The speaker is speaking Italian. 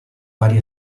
vari